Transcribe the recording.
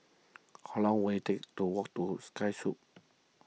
how long will it take to walk to Sky Suites